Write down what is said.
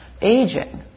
aging